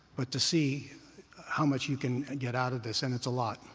but to see how much you can get out of this. and it's a lot